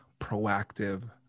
proactive